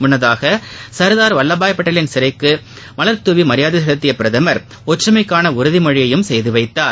முன்னதாக சர்தார் வல்லபாய் பட்டேலின் சிலைக்கு மலர் தூவி மரியாதை செலுத்திய பிரதமர் ஒற்றுமைக்கான உறுதிமொழியையும் செய்துவைத்தார்